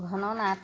ঘন নাথ